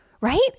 right